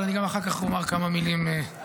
אבל אני גם אחר כך אומר כמה מילים בשמי.